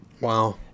Wow